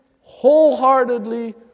wholeheartedly